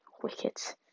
wickets